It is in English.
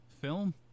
film